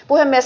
puhemies